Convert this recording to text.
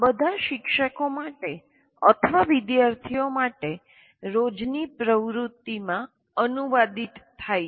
આ બધાં શિક્ષકો માટે અથવા વિદ્યાર્થી માટે રોજની પ્રવૃત્તિમાં અનુવાદિત થાય છે